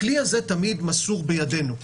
הכלי הזה תמיד מסור בידינו,